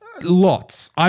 lots